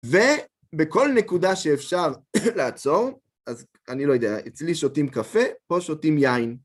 ובכל נקודה שאפשר לעצור, אז אני לא יודע, אצלי שותים קפה, פה שותים יין.